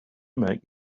make